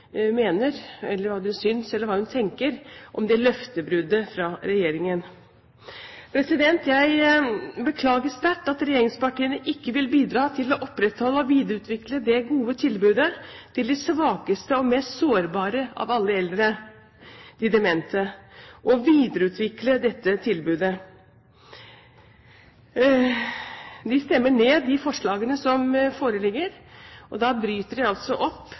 hva hun synes, eller hva hun tenker om det løftebruddet fra regjeringen. Jeg beklager sterkt at regjeringspartiene ikke vil bidra til å opprettholde og videreutvikle det gode tilbudet til de svakeste og mest sårbare av alle eldre – de demente. De stemmer ned de forslagene som foreligger, og da bryter de altså opp